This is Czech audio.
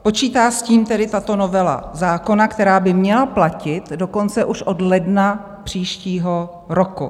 Počítá s tím tato novela zákona, která by měla platit dokonce už od ledna příštího roku.